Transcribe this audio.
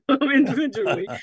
individually